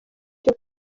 cyo